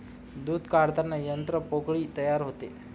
दूध काढताना यंत्र पोकळी तयार करते